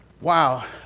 wow